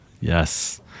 Yes